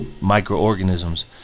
microorganisms